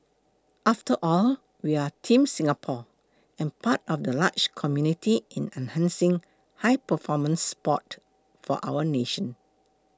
after all we are Team Singapore and part of the larger community in enhancing high performance sports for our nation